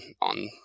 on